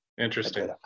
interesting